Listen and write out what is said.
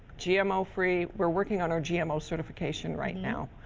gmo free. we're working on our gmo certification right now.